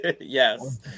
Yes